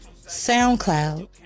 SoundCloud